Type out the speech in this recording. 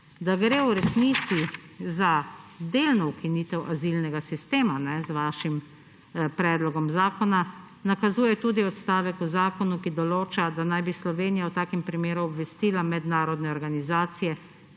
Da gre v resnici za delno ukinitev azilnega sistema z vašim predlogom zakona, nakazuje tudi odstavek v zakonu, ki določa, da naj bi Slovenija v takem primeru obvestila mednarodne organizacije,